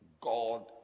God